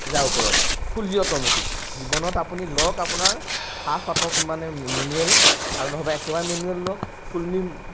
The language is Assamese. হাজাৰ ওপৰত ফুল্লি অ'টোমেটিক জীৱনত আপুনি লওক আপোনাৰ হাফ অ'টো মানে মেনুৱেল আৰু নহ'বা একেবাৰে মেনুৱেল লওক ফুল্লি